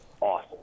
awesome